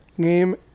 game